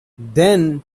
then